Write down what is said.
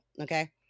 okay